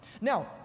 Now